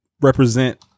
represent